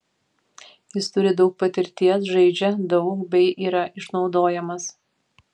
jis turi daug patirties žaidžia daug bei yra išnaudojamas